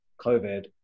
COVID